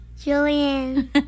Julian